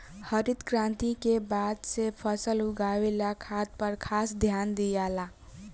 हरित क्रांति के बाद से फसल उगावे ला खाद पर खास ध्यान दियाला